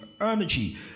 energy